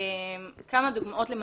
כמה דוגמאות למנגנונים,